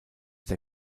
der